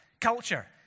culture